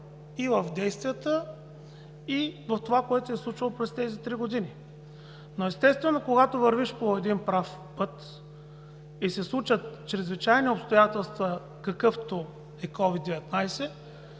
и в действията, и в това, което се е случило през тези три години. Но, естествено, когато вървиш по един прав път и се случат чрезвичайни обстоятелства, какъвто е COVID-19,